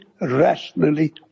rationally